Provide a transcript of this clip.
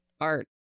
art